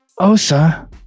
Osa